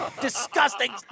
disgusting